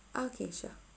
okay sure